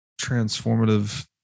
transformative